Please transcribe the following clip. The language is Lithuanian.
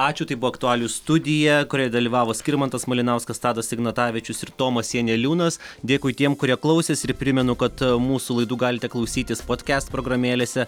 ačiū tai buvo aktualijų studija kurioj dalyvavo skirmantas malinauskas tadas ignatavičius ir tomas janeliūnas dėkui tiem kurie klausės ir primenu kad mūsų laidų galite klausytis podkest programėlėse